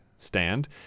Stand